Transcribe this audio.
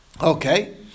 Okay